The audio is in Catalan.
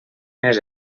mes